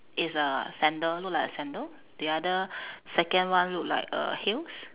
is a sandal look like a sandal the other second one look like err heels